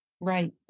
Right